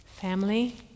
Family